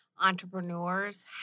entrepreneurs